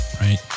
right